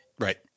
Right